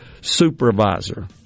supervisor